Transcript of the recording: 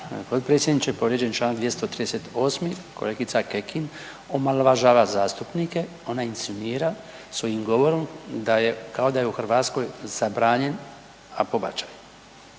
potpredsjedniče. Povrijeđen je članak 238. Kolegica Kekin omalovažava zastupnike, ona insinuira svojim govorom da je, kao da je u Hrvatskoj zabranjen pobačaj.